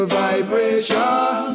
vibration